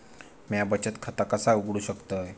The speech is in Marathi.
म्या बचत खाता कसा उघडू शकतय?